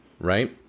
Right